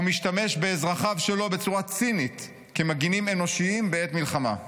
ומשתמש באזרחיו שלו בצורה צינית כמגנים אנושיים בעת מלחמה.